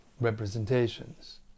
representations